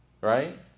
right